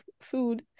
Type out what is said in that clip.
food